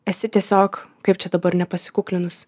esi tiesiog kaip čia dabar nepasikuklinus